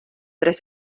tres